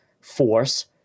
force